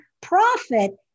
profit